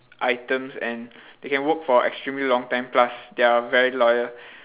items and they can work for extremely long time plus they are very loyal